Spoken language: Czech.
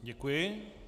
Děkuji.